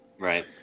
Right